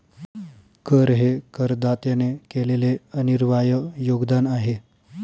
कर हे करदात्याने केलेले अनिर्वाय योगदान आहे